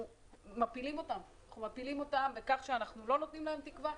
מפילים אותם בכך שאנחנו לא נותנים להם תקווה.